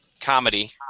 comedy